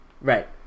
Right